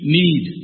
need